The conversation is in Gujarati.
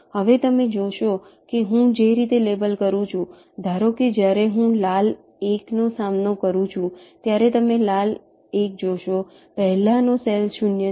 હવે તમે જુઓ કે હું જે રીતે લેબલ કરું છું ધારો કે જ્યારે હું લાલ 1નો સામનો કરું છું ત્યારે તમે લાલ 1 જોશો પહેલાનો સેલ 0 છે